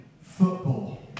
football